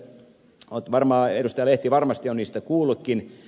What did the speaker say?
lehti on varmasti niistä kuullutkin